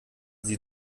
sie